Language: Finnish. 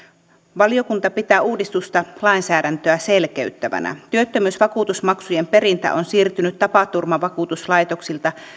valiokunta pitää uudistusta lainsäädäntöä selkeyttävänä työttömyysvakuutusmaksujen perintä on siirtynyt tapaturmavakuutuslaitoksilta